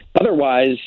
otherwise